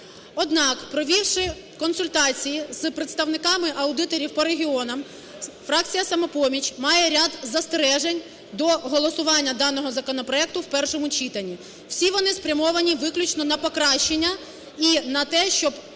Однак, провівши консультації з представниками аудиторів по регіонам, фракція "Самопоміч" має ряд застережень до голосування даного законопроекту в першому читанні. Всі вони спрямовані виключно на покращення і на те, щоб